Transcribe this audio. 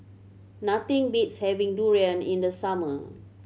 nothing beats having durian in the summer